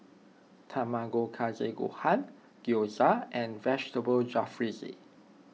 Tamago Kake Gohan Gyoza and Vegetable Jalfrezi